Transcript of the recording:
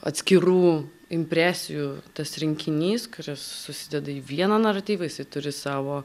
atskirų impresijų tas rinkinys kuris susideda į vieną naratyvą jisai turi savo